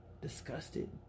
disgusted